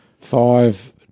five